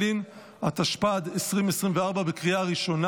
התשפ"ד 2024, אושרה בקריאה הראשונה